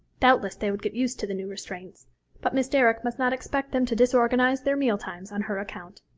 doubtless they would get used to the new restraints but miss derrick must not expect them to disorganise their mealtimes on her account.